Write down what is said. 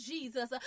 Jesus